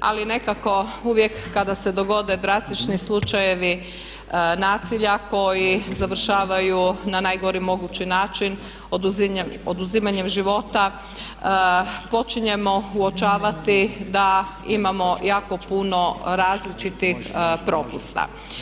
ali nekako uvijek kada se dogode drastični slučajevi nasilja koji završavaju na najgori mogući način oduzimanjem života počinjemo uočavati da imamo jako puno različitih propusta.